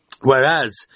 whereas